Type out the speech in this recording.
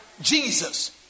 Jesus